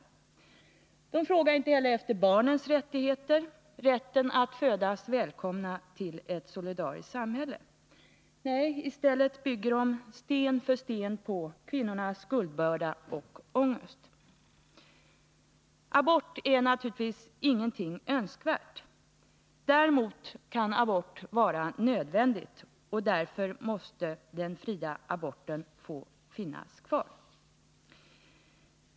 Inte heller frågar de efter barnens rättigheter, rätten att födas välkomna till ett solidariskt samhälle. Nej, i stället lägger de sten på sten på kvinnornas axlar och ökar skuldbördan och ångesten. Abort är naturligtvis ingenting önskvärt. Däremot kan abort vara nödvändigt och därför måste också den fria aborten få finnas kvar.